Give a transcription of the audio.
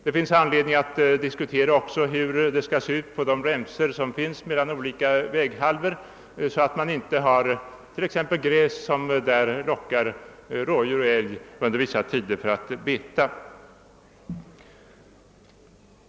Det finns också anledning att diskutera utseendet hos de remsor som finns mellan olika väghalvor, så att de inte t.ex. är beväxta med gräs, vilket under vissa tider lockar rådjur och älg.